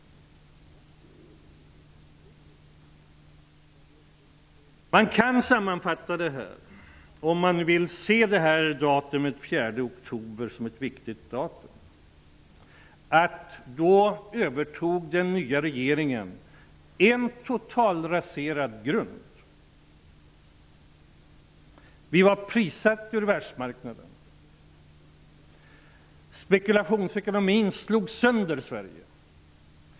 Om man vill se datumet den 4 oktober som ett viktigt datum, kan man sammanfatta detta på följande sätt: Då övertog den nya regeringen en totalraserad grund. Vi var prissatta ur världsmarknaden. Spekulationsekonomin slog sönder Sverige.